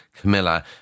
Camilla